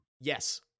Yes